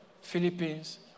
Philippines